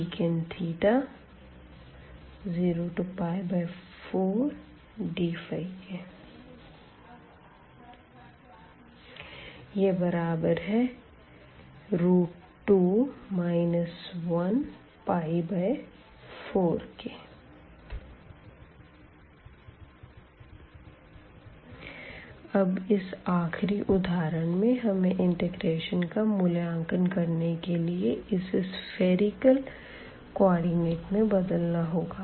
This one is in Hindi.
04dϕ 2 14 अब इस आखिरी उदाहरण में भी हमें इंटेग्रेशन का मूल्यांकन करने के लिए इसे सफ़ेरिकल कोऑर्डिनेट में बदलना होगा